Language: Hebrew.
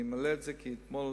אני אמלא את זה, כי אתמול